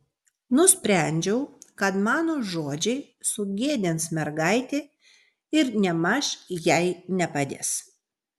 nusprendžiau kad mano žodžiai sugėdins mergaitę ir nėmaž jai nepadės